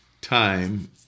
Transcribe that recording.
time